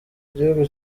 igihugu